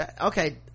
okay